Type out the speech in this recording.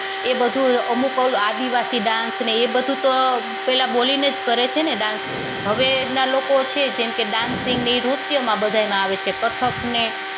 એ બધુ અમુક ઓલુ આદિવાસી ડાન્સ ને એ બધું તો પહેલાં બોલીને જ કરે છે ને ડાંસ હવેનાં લોકો છે જેમકે ડાન્સિંગ ને એ નૃત્યમાં બધામાં આવે છે કથકને